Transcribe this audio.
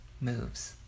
moves